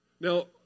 Now